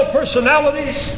personalities